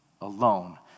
alone